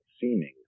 seeming